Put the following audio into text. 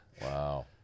wow